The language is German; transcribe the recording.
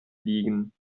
fliegen